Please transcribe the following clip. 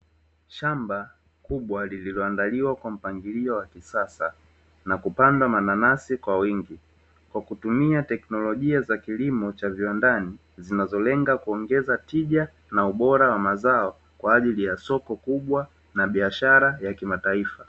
Shamba kubwa lililoandaliwa kwa mpangilio wa kisasa na kupandwa mananasi kwa wingi kwa kutumia teknolojia za kilimo cha viwandani, kinacholenga kuongeza tija na ubora wa mazao kwa ajili ya soko kubwa la biashara na kimataifa.